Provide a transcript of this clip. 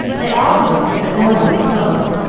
they all looked, but no one spoke,